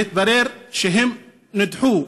והתברר שהם נדחו,